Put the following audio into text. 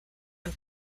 and